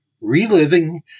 Reliving